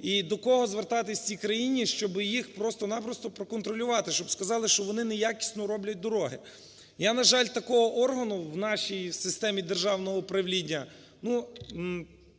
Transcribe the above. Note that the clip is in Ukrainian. і до кого звертатись в цій країні, щоб їх просто-на-просто проконтролювати, щоб сказали, що вони неякісно роблять дороги? Я, на жаль, такого органу в нашій системі державного управління,